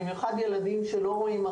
ובמיוחד לילדים שלא רואים,